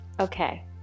Okay